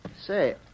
Say